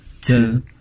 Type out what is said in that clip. two